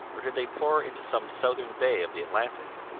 or did they pour into some southern bay of the atlantic?